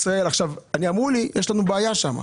עכשיו, אמרו לי יש לנו בעיה שם.